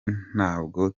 ntabwo